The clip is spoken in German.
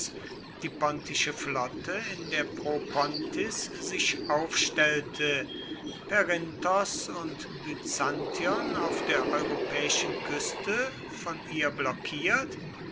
die pontische flotte in der propontis sich aufstellte perinthos und byzantion auf der europäischen küste von ihr blockiert